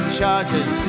charges